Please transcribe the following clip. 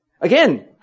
Again